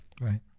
right